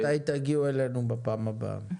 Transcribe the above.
אז מתי תגיעו אלינו בפעם הבאה?